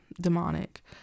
demonic